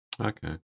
okay